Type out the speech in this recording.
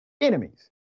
enemies